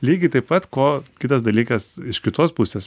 lygiai taip pat ko kitas dalykas iš kitos pusės